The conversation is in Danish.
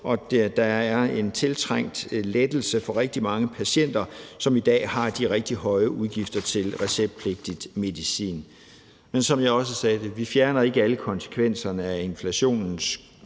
at det er en tiltrængt lettelse for rigtig mange patienter, som i dag har de rigtig høje udgifter til receptpligtig medicin. Men som jeg også sagde: Vi fjerner ikke med det her forslag alle konsekvenserne af, at inflationen